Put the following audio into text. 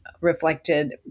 reflected